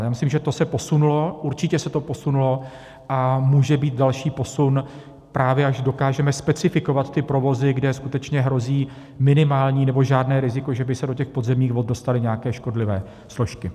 Já myslím, že to se posunulo, určitě se to posunulo a může být další posun, právě až dokážeme specifikovat provozy, kde skutečně hrozí minimální nebo žádné riziko, že by se do podzemních vod dostaly nějaké škodlivé složky.